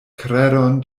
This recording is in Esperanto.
kredon